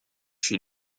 chez